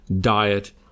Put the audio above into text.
diet